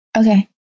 okay